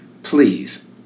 Please